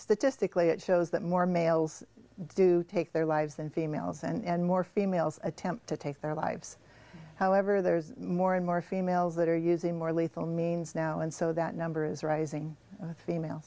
statistically it shows that more males do take their lives than females and more females attempt to take their lives however there's more and more females that are using more lethal means now and so that number is rising female